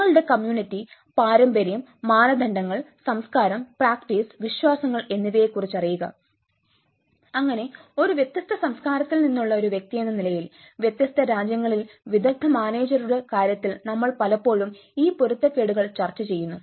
നിങ്ങളുടെ കമ്മ്യൂണിറ്റി പാരമ്പര്യം മാനദണ്ഡങ്ങൾ സംസ്കാരം പ്രാക്ടീസ് വിശ്വാസങ്ങൾ എന്നിവയെക്കുറിച്ച് അറിയുക അങ്ങനെ ഒരു വ്യത്യസ്ത സംസ്കാരത്തിൽ നിന്നുള്ള ഒരു വ്യക്തിയെന്ന നിലയിൽ വ്യത്യസ്ത രാജ്യങ്ങളിൽ വിദഗ്ദ്ധ മാനേജരുടെ കാര്യത്തിൽ നമ്മൾ പലപ്പോഴും ഈ പൊരുത്തക്കേടുകൾ ചർച്ചചെയ്യുന്നു